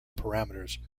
parameters